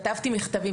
כתבתי מכתבים,